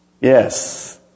Yes